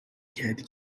کردی